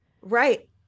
Right